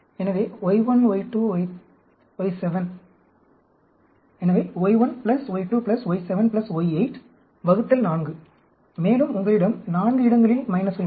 எனவே y1 y2 y7 y8 ÷ 4 மேலும் உங்களிடம் 4 இடங்களில் மைனஸ்கள் உள்ளன